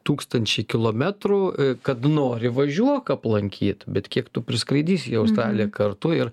tūkstančiai kilometrų kada nori važiuok aplankyt bet kiek tų priskraidysi į australiją kartu ir